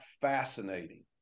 fascinating